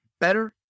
better